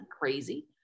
crazy